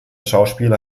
schauspieler